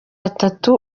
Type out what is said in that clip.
atatu